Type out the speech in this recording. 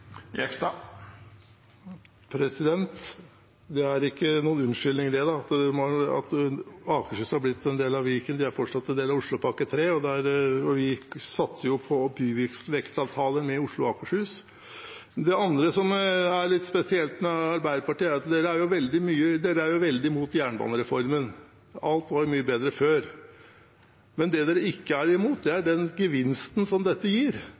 Det er ikke noen unnskyldning at Akershus er blitt en del av Viken – de er fortsatt en del av Oslopakke 3, og vi satser på byvekstavtaler med Oslo og Akershus. Det andre som er litt spesielt med Arbeiderpartiet, er at de er veldig imot jernbanereformen – alt var mye bedre før. Men det de ikke er imot, er den gevinsten som dette gir.